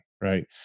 Right